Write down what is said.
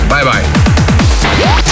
Bye-bye